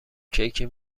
کیک